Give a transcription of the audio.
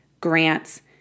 grants